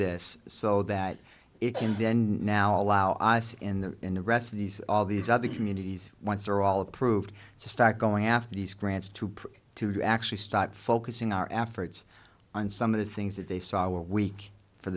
this so that it can then now allow us in the in the rest of these all these other communities once are all approved to start going after these grants to to actually start focusing our efforts on some of the things that they saw a week for